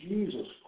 Jesus